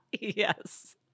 Yes